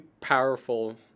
powerful